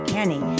Kenny